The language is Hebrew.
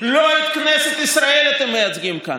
לא את כנסת ישראל אתם מייצגים כאן,